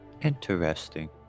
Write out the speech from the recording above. Interesting